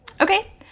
Okay